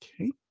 Okay